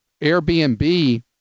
Airbnb